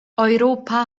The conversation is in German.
europa